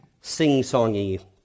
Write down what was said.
sing-songy